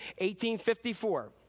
1854